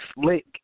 slick